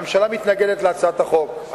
הממשלה מתנגדת להצעת החוק.